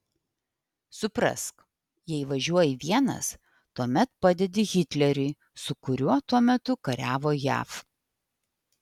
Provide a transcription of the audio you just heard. suprask jei važiuoji vienas tuomet padedi hitleriui su kuriuo tuo metu kariavo jav